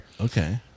Okay